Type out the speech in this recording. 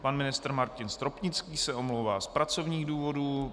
Pan ministr Martin Stropnický se omlouvá z pracovních důvodů.